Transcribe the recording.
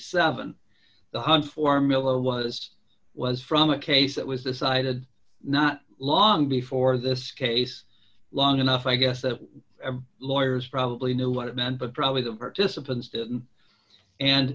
seven the hunt for miller was was from a case that was decided not long before this case long enough i guess the lawyers probably knew what it meant but probably the participants didn't and